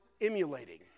emulating